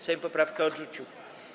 Sejm poprawkę odrzucił.